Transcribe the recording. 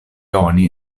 oni